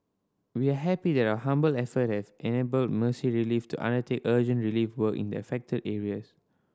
we are happy that our humble effort has enabled Mercy Relief to undertake urgent relief work in the affected areas